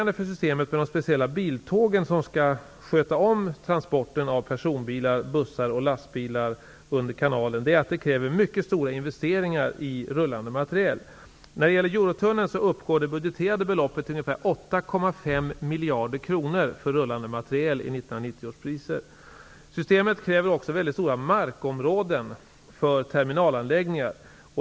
De speciella biltågen som skall sköta transporter av personbilar, bussar och lastbilar under kanalen kräver mycket stora investeringar i rullande materiel. Man budgeterar 8,5 miljarder kronor för rullande materiel i 1990 års priser. Systemet kräver också mycket stora markområden för terminalanläggningar.